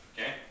Okay